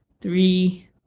three